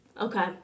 Okay